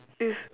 it's